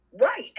Right